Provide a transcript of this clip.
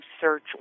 search